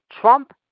Trump